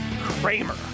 kramer